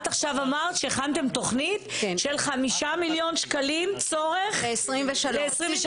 את עכשיו אמרת שהכנתם תוכנית של 5 מיליון שקלים צורך ל-2023.